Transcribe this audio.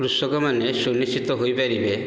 କୃଷକମାନେ ସୁନିଶ୍ଚିତ ହୋଇପାରିବେ